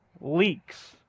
leaks